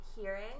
hearing